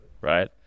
right